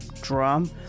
Drum